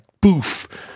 Boof